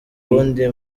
uwundi